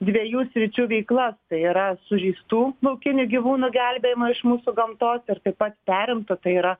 dviejų sričių veiklas tai yra sužeistų laukinių gyvūnų gelbėjimą iš mūsų gamtos ir taip pat perimto tai yra